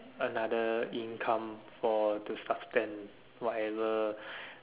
another income for to suspend whatever